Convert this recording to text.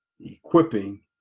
equipping